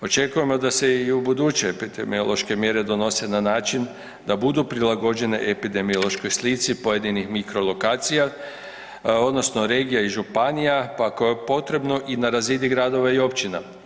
Očekujemo da se i ubuduće epidemiološke mjere donose na način da budu prilagođene epidemiološkoj slici pojedinih mikrolokacija odnosno regija i županija pa ako je potrebno i na razini gradova i općina.